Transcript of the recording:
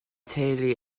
teulu